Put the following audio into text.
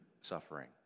suffering